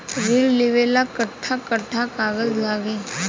ऋण लेवेला कट्ठा कट्ठा कागज लागी?